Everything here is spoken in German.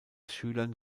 schülern